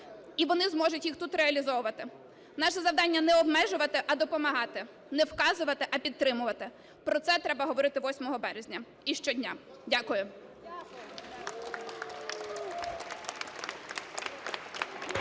І вони зможуть їх тут реалізовувати. Наше завдання – не обмежувати, а допомагати, не вказувати, а підтримувати, про це треба говорити 8 березня і щодня. Дякую.